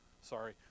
sorry